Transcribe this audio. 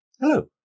Hello